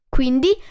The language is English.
Quindi